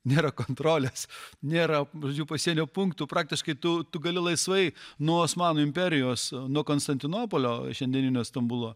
nėra kontrolės nėra žodžiu pasienio punktų praktiškai tu tu gali laisvai nuo osmanų imperijos nuo konstantinopolio šiandieninio stambulo